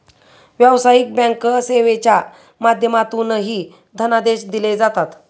व्यावसायिक बँक सेवेच्या माध्यमातूनही धनादेश दिले जातात